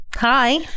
Hi